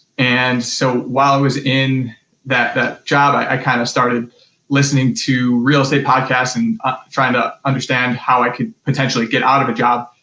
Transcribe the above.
and, so, while i was in that that job, i kind of started listening to real estate podcasts and trying to understand how i could, potentially, get out of a job.